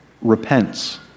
repents